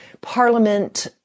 parliament